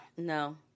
No